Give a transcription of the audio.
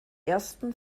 ersten